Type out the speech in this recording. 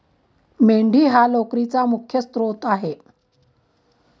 मेंढी हा लोकरीचा मुख्य स्त्रोत आहे